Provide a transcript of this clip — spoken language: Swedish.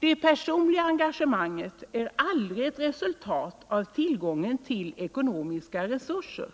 Det personliga engagemanget är aldrig ett resultat av tillgången på ekonomiska resurser.